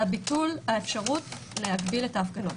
ביטול האפשרות להגביל את ההפגנות.